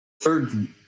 third